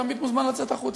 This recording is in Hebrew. הוא תמיד מוזמן לצאת החוצה.